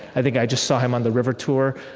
i think i just saw him on the river tour.